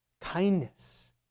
kindness